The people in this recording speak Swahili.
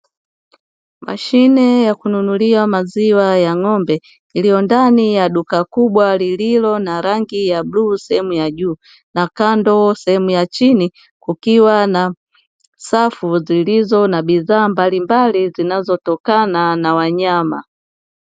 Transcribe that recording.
Mashine ya kununuliwa maziwa ya ngombe iliyo ndani ya duka kubwa, lililo na rangi ya bluu sehemu ya juu na kando sehemu ya chini kukiwa na safu zilizo na bidhaa mbali mbali zinazo tokana na wanyama.